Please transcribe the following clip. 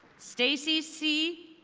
stacey see